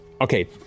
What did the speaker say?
Okay